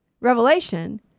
Revelation